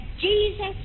Jesus